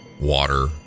water